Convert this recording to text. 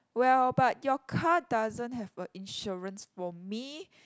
well but your car doesn't have a insurance for me